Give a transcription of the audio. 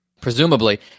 Presumably